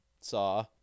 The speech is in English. Saw